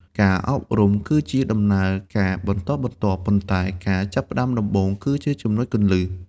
ការអប់រំគឺជាដំណើរការបន្តបន្ទាប់ ប៉ុន្តែការចាប់ផ្ដើមដំបូងគឺជាចំណុចគន្លឹះ។